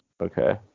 Okay